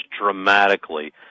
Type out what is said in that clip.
dramatically